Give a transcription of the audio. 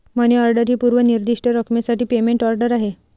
मनी order ही पूर्व निर्दिष्ट रकमेसाठी पेमेंट ऑर्डर आहे